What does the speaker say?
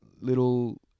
Little